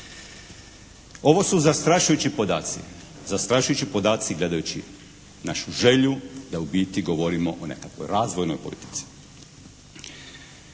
Ovo su zastrašujući podaci, zastrašujući podaci gledajući našu želju da u biti govorimo o nekakvoj razvojnoj politici.